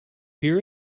hear